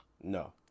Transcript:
No